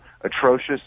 atrocious